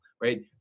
right